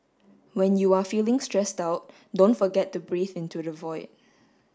when you are feeling stressed out don't forget to breathe into the void